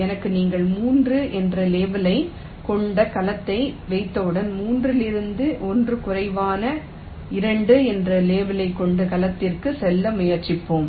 எனவே நீங்கள் 3 என்ற லேபிளைக் கொண்ட கலத்தை வைத்தவுடன் 3 இலிருந்து 1 குறைவான 2 என்ற லேபிளைக் கொண்ட கலத்திற்கு செல்ல முயற்சிப்போம்